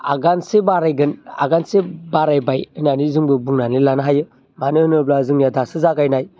आगानसे बारायगोन आगानसे बारायबाय होननानै जोंबो बुंनानै लानो हायो मानो होनोब्ला जोंनिया दासो जागायनाय